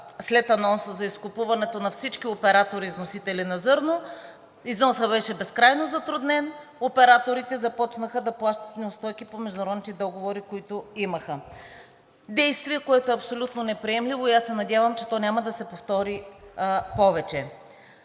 след анонса за изкупуването на всички оператори – износители на зърно. Износът беше безкрайно затруднен, операторите започнаха да плащат неустойки по международните договори, които имаха. Действие, което е абсолютно неприемливо, и аз се надявам, че то няма да се повтори повече.